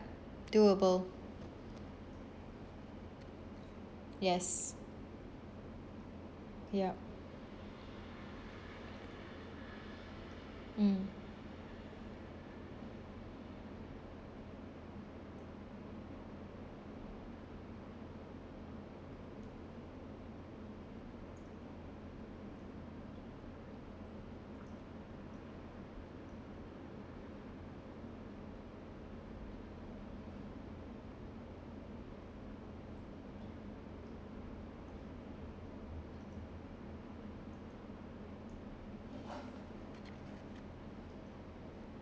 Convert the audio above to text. doable yes yup mm